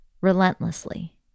relentlessly